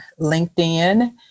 LinkedIn